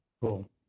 Cool